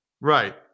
Right